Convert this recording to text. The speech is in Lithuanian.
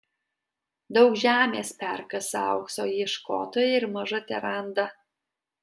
daug žemės perkasa aukso ieškotojai ir maža teranda